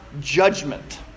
judgment